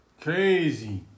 Crazy